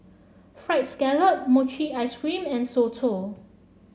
Fried Scallop Mochi Ice Cream and Soto